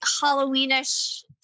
Halloween-ish